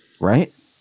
Right